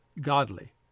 godly